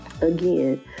again